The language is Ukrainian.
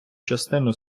частину